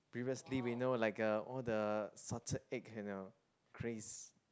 previously we know like a all the salted egg you know craze